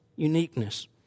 uniqueness